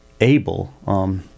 able